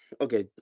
okay